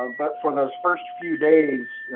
but for those first few days,